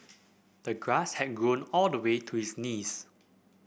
the grass had grown all the way to his knees